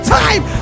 time